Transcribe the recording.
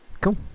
Cool